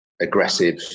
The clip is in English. aggressive